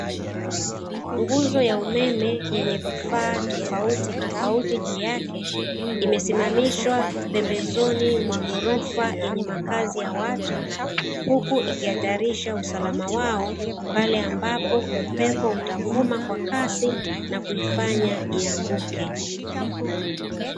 Nguzo ya umeme yenye vifaa tofautitofauti juu yake imesimamaishwa pembezoni mwa ghorofa yenye makazi ya watu ,huku ikihatarisha usalama wao pale ambapo upepo utavuma kwa kasi nakuifanya ianguke.